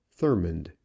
Thurmond